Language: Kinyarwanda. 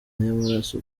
y’amaraso